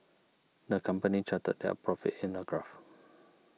the company charted their profits in a graph